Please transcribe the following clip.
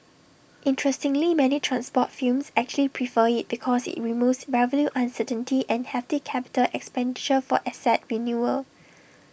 interestingly many transport films actually prefer IT because IT removes revenue uncertainty and hefty capital expenditure for asset renewal